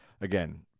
again